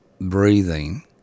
breathing